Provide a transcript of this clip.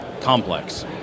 complex